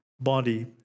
body